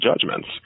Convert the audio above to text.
judgments